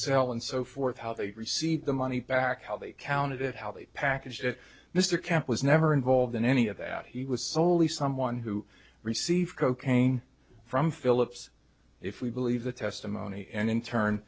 sell and so forth how they received the money back how they counted it how they packaged it mr camp was never involved in any of that he was soley someone who received cocaine from philips if we believe the testimony and in turn